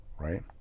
Right